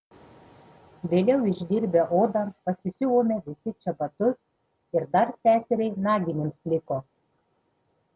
vėliau išdirbę odą pasisiuvome visi čebatus ir dar seseriai naginėms liko